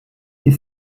des